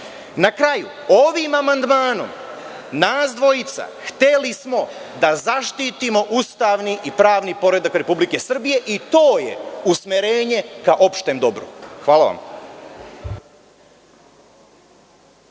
kraju, ovim amandmanom nas dvojica smo hteli da zaštitimo ustavni i pravni poredak Republike Srbije, i to je usmerenje ka opštem dobru. Hvala.